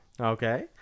Okay